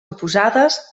oposades